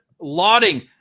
lauding